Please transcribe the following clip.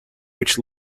which